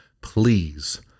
please